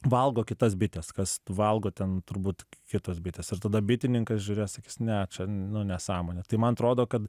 valgo kitas bites kas valgo ten turbūt kitos bitės ir tada bitininkas žiūrės sakys ne čia nu nesąmonė tai man atrodo kad